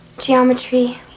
Geometry